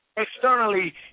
Externally